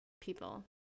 people